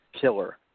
killer